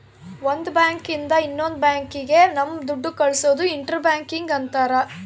ಒಂದ್ ಬ್ಯಾಂಕ್ ಇಂದ ಇನ್ನೊಂದ್ ಬ್ಯಾಂಕ್ ಗೆ ನಮ್ ದುಡ್ಡು ಕಳ್ಸೋದು ಇಂಟರ್ ಬ್ಯಾಂಕಿಂಗ್ ಅಂತಾರ